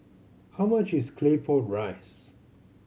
how much is Claypot Rice